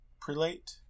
Prelate